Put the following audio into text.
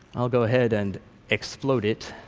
i'll go ahead and explode it.